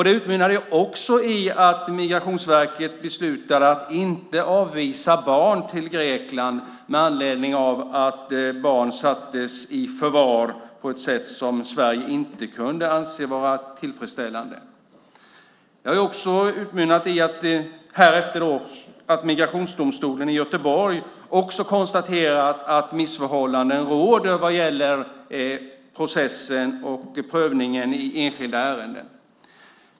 Det utmynnade också i att Migrationsverket beslutade att inte avvisa barn till Grekland, med anledning av att barn sattes i förvar på ett sätt som Sverige inte kunde anse vara tillfredsställande. Det har även utmynnat i att Migrationsdomstolen i Göteborg konstaterat att missförhållanden råder vad gäller processen och prövningen i enskilda ärenden.